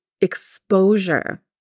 exposure